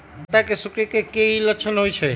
पत्ता के सिकुड़े के की लक्षण होइ छइ?